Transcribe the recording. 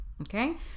okay